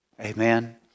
Amen